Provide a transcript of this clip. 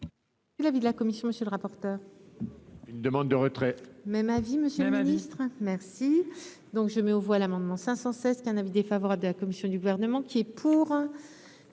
Merci,